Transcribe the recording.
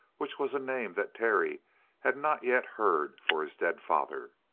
which was a name that terry had not yet heard for his dead father.